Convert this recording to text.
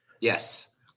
Yes